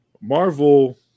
marvel